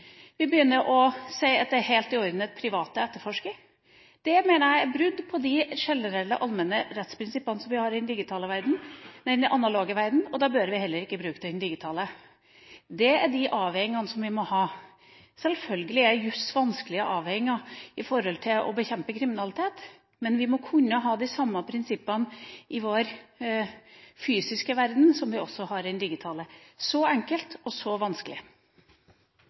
vi begynner å si at det er helt i orden at private etterforsker. Det mener jeg er brudd på de generelle, allmenne rettsprinsippene vi har i den analoge verdenen, og da bør vi heller ikke bruke det i den digitale verdenen. Det er de avveiningene som vi må ha. Sjølsagt er det vanskelige avveininger i jusen med tanke på å bekjempe kriminalitet, men vi må kunne ha de samme prinsippene i vår fysiske verden, som vi også har i den digitale. Så enkelt og så vanskelig.